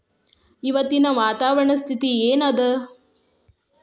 ಇವತ್ತಿನ ವಾತಾವರಣ ಸ್ಥಿತಿ ಏನ್ ಅದ?